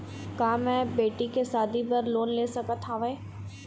का मैं बेटी के शादी बर लोन ले सकत हावे?